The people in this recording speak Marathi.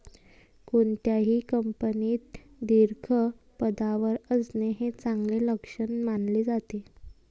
कोणत्याही कंपनीत दीर्घ पदावर असणे हे चांगले लक्षण मानले जाते